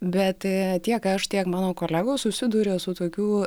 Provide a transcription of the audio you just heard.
bet a tiek aš tiek mano kolegos susiduria su tokiu